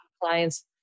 clients